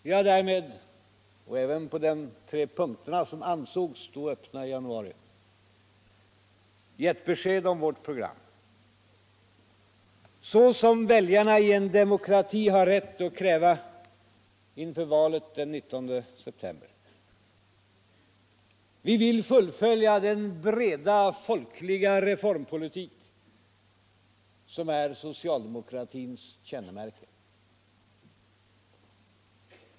Vi har därför — och även på de tre punkter som ansågs stå öppna i januari — gett besked om vårt program, såsom väljarna i en demokrati har rätt att kräva inför valet den 19 september. Vi vill fullfölja den breda folkliga reformpolitik som är socialdemokratins kännemärke.